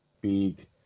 big